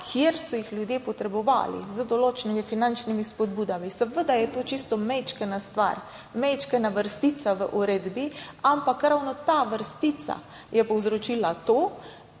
kjer so jih ljudje potrebovali z določenimi finančnimi spodbudami. Seveda je to čisto majčkena stvar, majčkena vrstica v uredbi, ampak ravno ta vrstica je povzročila to,